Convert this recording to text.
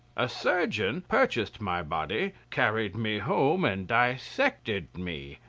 a surgeon purchased my body, carried me home, and dissected me.